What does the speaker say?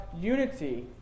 unity